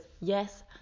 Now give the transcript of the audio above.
yes